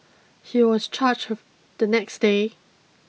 he was charged the next day